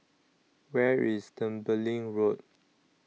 Where IS Tembeling Road